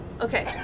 Okay